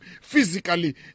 physically